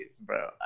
bro